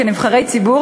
כנבחרי ציבור,